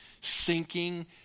Sinking